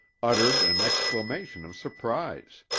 uttered an exclamation of surprise.